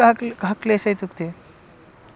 यतो हि एकः क्लि कः क्लेशः इत्युक्ते